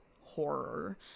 horror